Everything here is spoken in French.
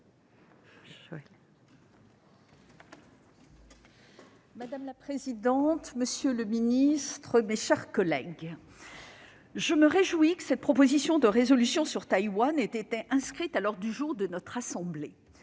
Madame la présidente, monsieur le secrétaire d'État, mes chers collègues, je me réjouis que cette proposition de résolution sur Taïwan ait été inscrite à l'ordre du jour de notre assemblée.